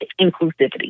inclusivity